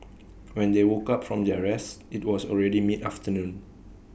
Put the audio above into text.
when they woke up from their rest IT was already mid afternoon